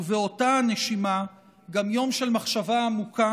ובאותה הנשימה גם יום של מחשבה עמוקה